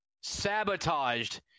sabotaged